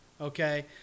Okay